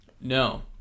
no